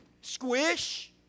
Squish